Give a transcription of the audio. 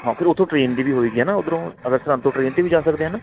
ਹਾਂ ਫਿਰ ਉੱਥੋਂ ਟ੍ਰੇਨ ਦੀ ਵੀ ਹੋਏਗੀ ਹੈ ਨਾ ਉੱਧਰੋਂ ਅਗਰ ਸਰਹੰਦ ਤੋਂ ਟ੍ਰੇਨ 'ਤੇ ਵੀ ਜਾ ਸਕਦੇ ਆ ਨਾ